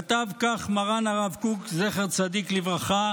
כתב כך מרן הרב קוק, זכר צדיק לברכה,